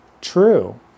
True